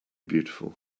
beautiful